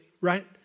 right